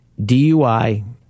DUI